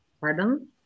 Pardon